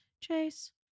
Chase